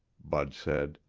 bud said.